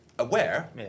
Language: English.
Aware